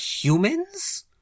humans